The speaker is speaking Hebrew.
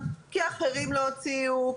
כי אחרים לא הוציאו,